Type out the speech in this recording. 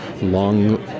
long